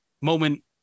moment